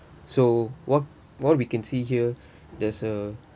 so what what we can see here there's a